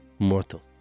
Mortal